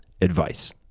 advice